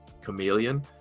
chameleon